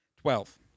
Twelve